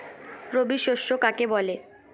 রবি শস্য কাকে বলে?